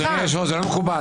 אדוני היושב-ראש, זה לא מקובל.